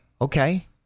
Okay